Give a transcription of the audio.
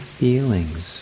feelings